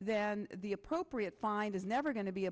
then the appropriate find is never going to be